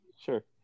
sure